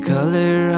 Color